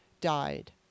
died